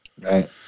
Right